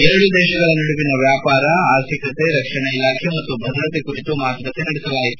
ಎರಡೂ ದೇಶಗಳ ನಡುವಿನ ವ್ಯಾಪಾರ ಆರ್ಥಿಕತೆ ರಕ್ಷಣಾ ಇಲಾಖೆ ಮತ್ತು ಭದ್ರತೆ ಕುರಿತು ಮಾತುಕತೆ ನಡೆಸಿದರು